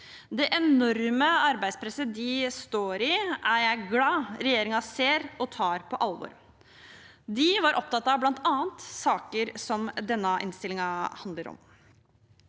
Det enorme arbeidspresset de står i, er jeg glad regjeringen ser og tar på alvor. De var opptatt av bl.a. saker som det denne innstillingen handler om.